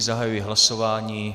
Zahajuji hlasování.